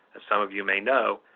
as some of you may know,